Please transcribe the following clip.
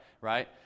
right